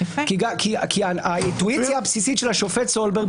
כי האינטואיציה הבסיסית של השופט סולברג,